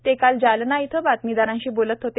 ते काल जालना इथं बातमीदारांशी बोलत होते